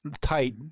tight